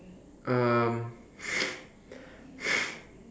um